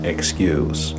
Excuse